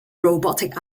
robotic